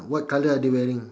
what colour are they wearing